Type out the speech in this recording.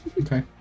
Okay